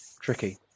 Tricky